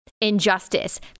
injustice